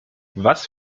was